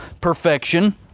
perfection